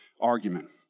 argument